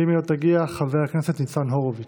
ואם היא לא תגיע, חבר הכנסת ניצן הורוביץ.